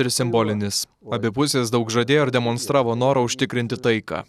ir simbolinis abi pusės daug žadėjo ir demonstravo norą užtikrinti taiką